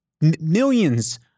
Millions